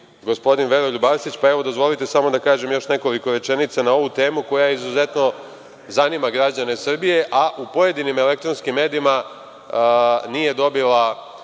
gospodin Veroljub Arsić, pa evo, dozvolite da kažem samo još nekoliko rečenica na ovu temu koja izuzetno zanima građane Srbije, a u pojedinim elektronskim medijima nije dobila